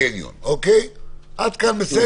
מי שרוצה ללכת לקניון, ילך גם לקניון רחוק.